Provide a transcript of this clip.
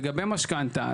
לגבי משכנתא,